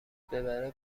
ببره